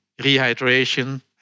rehydration